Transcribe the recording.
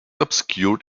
obscured